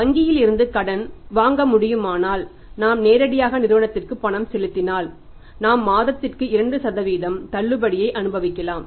வங்கியில் இருந்து நாம் கடன் வாங்க முடியுமானால் நாம் நேரடியாக நிறுவனத்திற்கு பணம் செலுத்தினால் நாம் மாதத்திற்கு 2 தள்ளுபடியை அனுபவிக்கலாம்